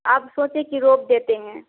अब सोचे की रोप देते हैं